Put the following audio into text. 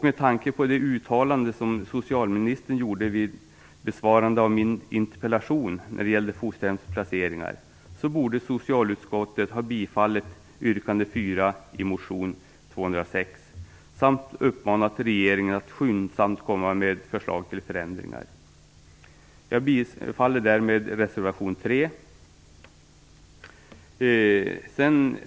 Med tanke på det uttalanden som socialministern gjorde vid besvarandet av min interpellation när det gäller fosterhemsplaceringar borde socialutskottet ha tillstyrkt yrkande 4 i motionen So206 samt uppmanat regeringen att skyndsamt komma med ett förslag till förändringar. Jag yrkar därmed bifall till reservation 3.